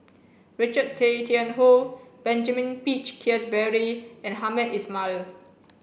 Richard Tay Tian Hoe Benjamin Peach Keasberry and Hamed Ismail